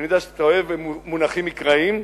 אני יודע שאתה אוהב מונחים מקראיים,